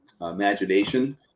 imagination